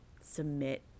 submit